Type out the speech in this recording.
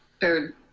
third